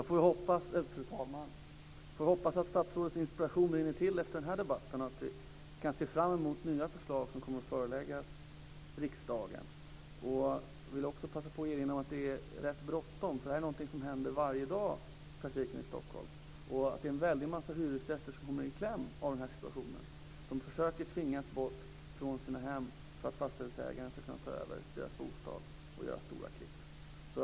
Fru talman! Jag hoppas att statsrådets inspiration rinner till efter den här debatten och att vi kan se fram emot att nya förslag föreläggs riksdagen. Jag vill också passa på att erinra om att det är rätt bråttom, för det här är något som i praktiken händer varje dag i Stockholm. Väldigt många hyresgäster kommer i kläm till följd av den här situationen. Man försöker tvinga bort dem från sina hem; detta för att fastighetsägaren ska kunna ta över deras bostad och göra stora klipp.